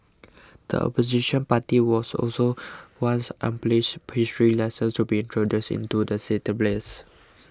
the Opposition party was also wants unbiased history lessons to be introduced into the syllabus